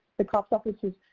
the cops office has